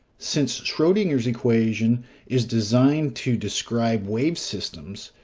since schrodinger's equation is designed to describe wave systems,